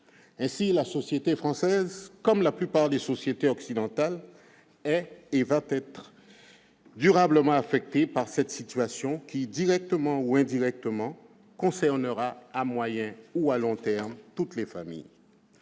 Ainsi, la société française, comme la plupart des sociétés occidentales, est et va être durablement affectée par cette situation qui, directement ou indirectement, concernera à moyen ou à long terme toutes les familles.